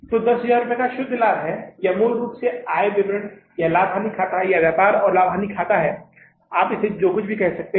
तो यह 10000 का शुद्ध लाभ है यह मूल रूप से आय विवरण या लाभ और हानि खाता या व्यापार और लाभ और हानि खाता है आप इसे जो भी कह सकते हैं